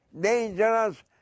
dangerous